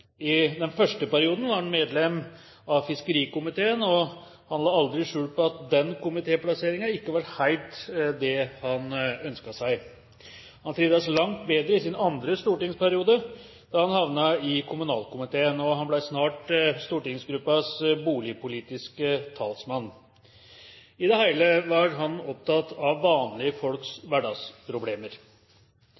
I den første perioden var han medlem av fiskerikomiteen. Han la aldri skjul på at den komitéplasseringen ikke var helt det han ønsket seg. Han trivdes langt bedre i sin andre stortingsperiode, da han havnet i kommunalkomiteen. Han ble snart stortingsgruppas boligpolitiske talsmann. I det hele var han opptatt av vanlige folks